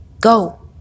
Go